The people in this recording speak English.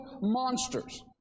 monsters